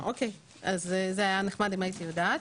אוקיי, זה היה נחמד אם הייתי יודעת.